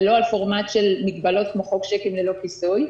ולא על פורמט של מגבלות כמו חוק צ'קים ללא כיסוי.